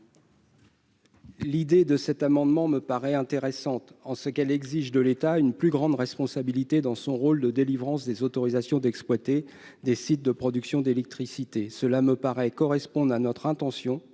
L'objet de cet amendement me paraît intéressant, en ce qu'il exige de l'État une plus grande responsabilité dans son rôle de délivrance des autorisations d'exploiter des sites de production d'électricité. Voilà qui correspond à notre intention